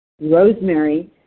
rosemary